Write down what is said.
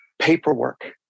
Paperwork